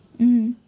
mmhmm